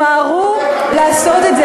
תסלחי לי,